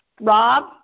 Rob